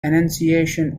annunciation